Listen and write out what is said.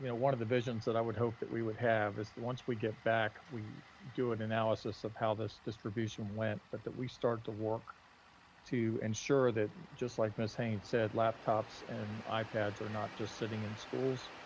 you know one of the visions that i would hope that we would have is once we get back we do an analysis of how this distribution went, but that we start the work to ensure that, just like ms. haynes said, laptops and ipads are not just sitting in schools,